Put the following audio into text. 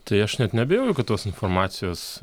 tai aš net neabejoju kad tos informacijos